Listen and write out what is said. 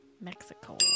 Mexico